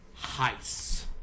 heists